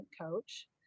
coach